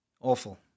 Awful